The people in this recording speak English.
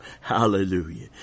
Hallelujah